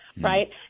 right